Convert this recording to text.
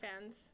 fans